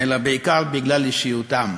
אלא בעיקר בגלל אישיותם.